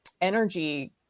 energy